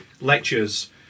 lectures